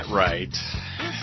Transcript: right